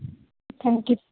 thank U